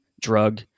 drug